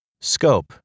Scope